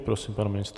Prosím pana ministra.